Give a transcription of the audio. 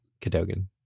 Cadogan